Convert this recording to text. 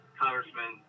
congressman